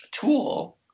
tool